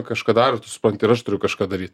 kažką daro ir tu supranti ir aš turiu kažką daryt